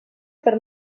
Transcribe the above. per